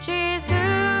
Jesus